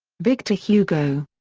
victor hugo.